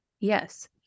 yes